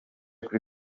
kuri